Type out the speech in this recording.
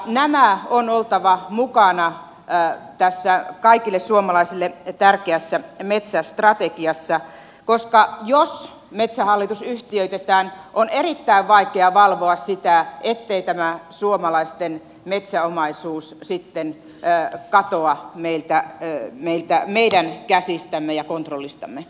näiden on oltava mukana tässä kaikille suomalaisille tärkeässä metsästrategiassa koska jos metsähallitus yhtiöitetään on erittäin vaikea valvoa sitä ettei tämä suomalaisten metsäomaisuus sitten katoa meidän käsistämme ja kontrollistamme